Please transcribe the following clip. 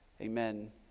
Amen